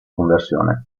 conversione